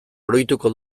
oroituko